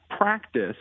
practice